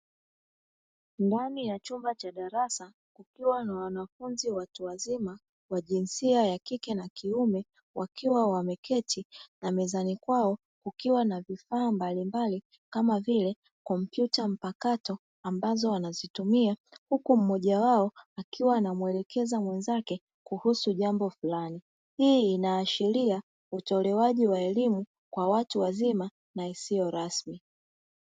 Ndani ya chumba cha darasa kukiwa na wanafunzi watu wazima wa jinsia ya kike na kiume wakiwa wameketi na mezani kwao kukiwa na vifaa mbalimbali kama vile kompyuta mpakato ambazo wanazitumia huku mmoja wao akiwa anamwelekeza mwenzake kuhusu jambo fulani, hii inaashiria utolewaji wa elimu kwa watu wazima na isiyo rasmi.